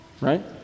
Right